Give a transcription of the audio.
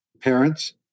parents